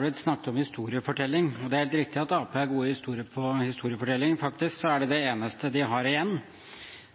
blitt snakket om historiefortelling. Det er helt riktig at Arbeiderpartiet er gode på historiefortelling, faktisk er det det eneste de har igjen.